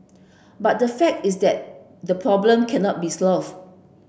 but the fact is that the problem cannot be solved